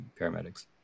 paramedics